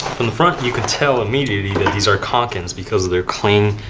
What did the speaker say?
from the front, you could tell immediately that these are kankens because of their clean,